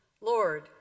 Lord